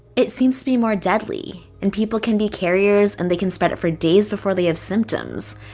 it seems to be more deadly. and people can be carriers, and they can spread it for days before they have symptoms.